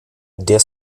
der